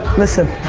listen